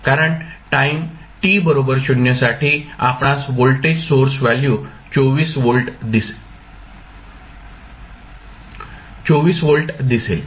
कारण time t बरोबर 0 साठी आपणास व्होल्टेज सोर्स व्हॅल्यू 24 व्होल्ट दिसेल